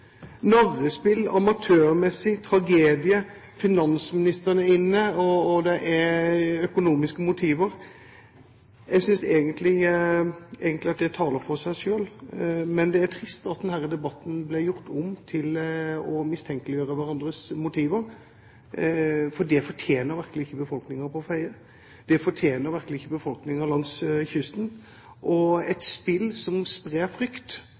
tragedie, finansministeren er inne, og at det er økonomiske motiver. Jeg synes egentlig at det taler for seg selv. Men det er trist at denne debatten ble gjort om til å mistenkeliggjøre hverandres motiver, for det fortjener virkelig ikke befolkningen på Fedje. Det fortjener virkelig ikke befolkningen langs kysten. Et spill som sprer frykt,